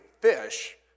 fish